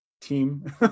team